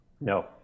No